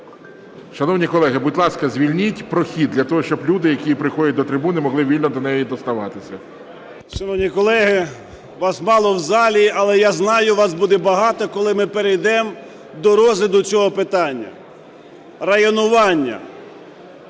Шановні колеги, будь ласка, звільніть прохід для того, щоб люди, які приходять до трибуни, могли вільно до неї доставатися. 10:24:14 РУДИК С.Я. Шановні колеги, вас мало в залі, але, я знаю, вас буде багато, коли ми перейдемо до розгляду цього питання: районування.